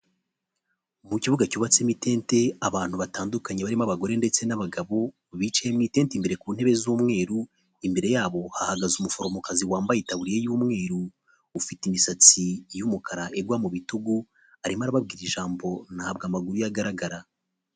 Mu kibuga cyubatsemo itente, abantu batandukanye barimo abagore ndetse n'abagabo bicaye mu itente imbere ku ntebe z'umweru, imbere yabo hahagaze umuforomokazi wambaye itaburiya y'umweru, ufite imisatsi y'umukara igwa mu bitugu arimo arababwira ijambo ntabwo amaguru ye agaragara.